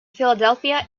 philadelphia